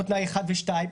או תנאי אחד ושניים,